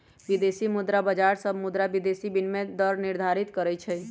विदेशी मुद्रा बाजार सभे मुद्रा विदेशी विनिमय दर निर्धारित करई छई